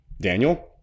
Daniel